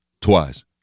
Twice